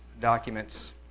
documents